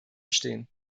stehen